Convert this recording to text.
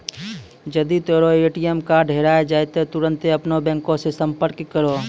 जदि तोरो ATM card हेराय जाय त तुरन्ते अपनो बैंको से संपर्क करो